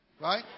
Right